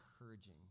encouraging